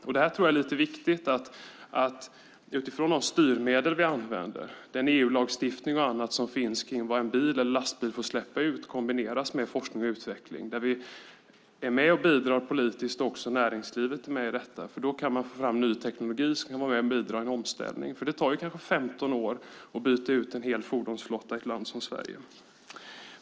Jag tror att det är viktigt utifrån de styrmedel vi använder att den EU-lagstiftning och annat som finns kring vad en bil eller lastbil får släppa ut kombineras med forskning och utveckling och att vi är med och bidrar politiskt och även näringslivet. Då kan man få fram ny teknologi som kan vara med och bidra till en omställning, för det tar kanske 15 år att byta ut en hel fordonsflotta i ett land som Sverige.